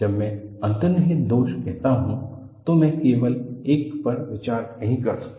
जब मैं अंतर्निहित दोष कहता हूं तो मैं केवल एक पर विचार नहीं कर सकता